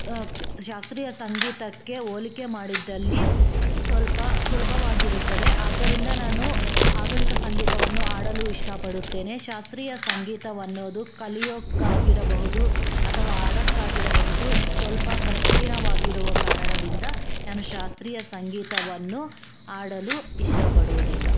ಶಾಸ್ತ್ರೀಯ ಸಂಗೀತಕ್ಕೆ ಹೋಲಿಕೆ ಮಾಡಿದ್ದಲ್ಲಿ ಸ್ವಲ್ಪ ಸುಲಭವಾಗಿರುತ್ತದೆ ಆದ್ದರಿಂದ ನಾನು ಆಧುನಿಕ ಸಂಗೀತವನ್ನು ಹಾಡಲು ಇಷ್ಟಪಡುತ್ತೇನೆ ಶಾಸ್ತ್ರೀಯ ಸಂಗೀತವೆನ್ನೋದು ಕಲಿಯೋಕ್ಕೆ ಆಗಿರಬಹುದು ಅಥವಾ ಹಾಡೋಕ್ಕೆ ಆಗಿರಬಹುದು ಸ್ವಲ್ಪ ಕಠಿಣವಾಗಿರುವ ಕಾರಣದಿಂದ ನಾನು ಶಾಸ್ತ್ರೀಯ ಸಂಗೀತವನ್ನು ಹಾಡಲು ಇಷ್ಟಪಡುವುದಿಲ್ಲ